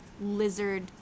lizard